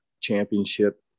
championship